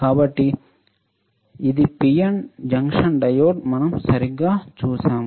కాబట్టి ఇది PN junction diode మనం సరిగ్గా చూశాము